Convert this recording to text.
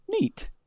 neat